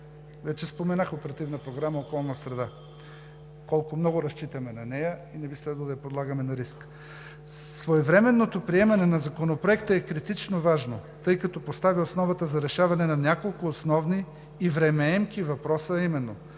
вече споменах Оперативна програма „Околна среда“, колко много разчитаме на нея и не би следвало да я подлагаме на риск. Своевременното приемане на Законопроекта е критично важно, тъй като поставя основата за решаване на няколко основни и времеемки въпроса, а именно: